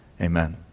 Amen